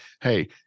hey